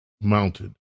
mounted